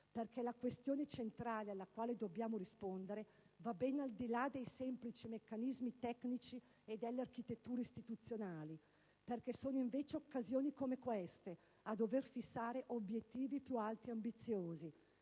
perché la questione centrale alla quale dobbiamo rispondere va ben al di là dei semplici meccanismi tecnici e delle architetture istituzionali; perché sono occasioni come queste a dover fissare obiettivi più alti e ambiziosi,